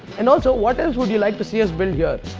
and also, what else would you like to see us build